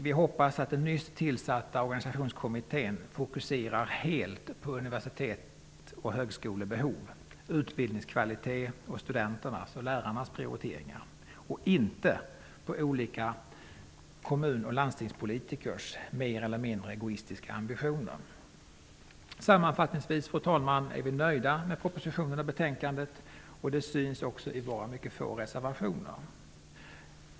Vi hoppas att den nyss tillsatta organisationskommittén fokuserar helt på universitets och högskolebehov, utbildningskvalitet och studenternas och lärarnas prioriteringar och inte på olika kommun och landstingspolitikers mer eller mindre egoistiska ambitioner. Fru talman! Sammanfattningsvis är vi nöjda med propositionen och betänkandet. Det syns också på våra mycket få reservationer.